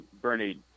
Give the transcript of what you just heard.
Bernie